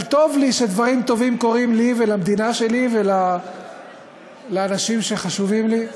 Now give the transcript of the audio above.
אבל טוב לי שדברים טובים קורים לי ולמדינה שלי ולאנשים שחשובים לי,